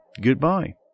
Goodbye